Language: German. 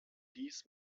dies